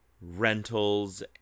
rentals